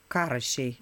ką rašei